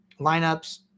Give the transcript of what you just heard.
lineups